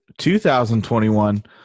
2021